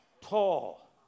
tall